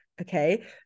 okay